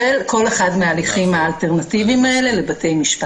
כל אחד מן ההליכים האלטרנטיביים האלה לבתי משפט.